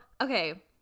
okay